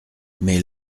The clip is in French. mais